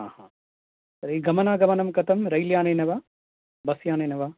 आ हां तर्हि गमनागमनं कथं रेलयानेन वा बस्यानेन वा